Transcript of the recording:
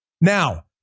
Now